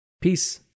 Peace